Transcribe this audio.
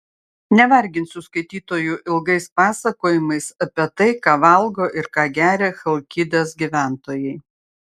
nevarginsiu skaitytojų ilgais pasakojimais apie tai ką valgo ir ką geria chalkidikės gyventojai